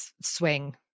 swing